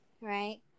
right